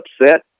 upset